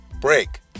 Break